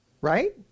Right